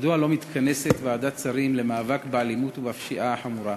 מדוע לא מתכנסת ועדת שרים למאבק באלימות ובפשיעה החמורה,